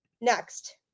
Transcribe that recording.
next